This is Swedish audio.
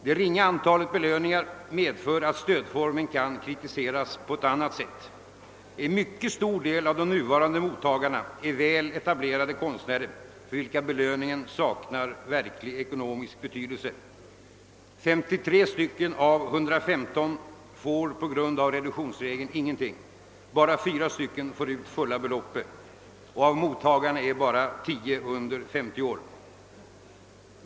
Det ringa antalet belöningar medför att stödformen kan kritiseras på ett annat sätt. Många av de nuvarande mot tagarna är väletablerade konstnärer för vilka belöningen saknar verklig ekonomisk betydelse. 53 av 115 får på grund av reduktionsregeln ingenting. Endast fyra får ut hela beloppet, och av mottagarna är bara tio under 50 år.